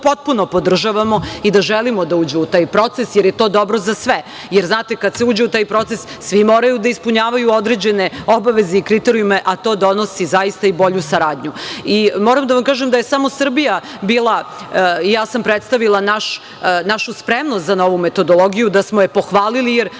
potpuno podržavamo i da želimo da uđu u taj proces, jer je to dobro za sve. Znate, kada se uđe u taj proces, svi moraju da ispunjavaju određene obaveze i kriterijume, a to donosi i bolju saradnju. Moram da vam kažem da je samo Srbija bila i ja sam predstavila našu spremnost za novu metodologiju, da smo je pohvalili, jer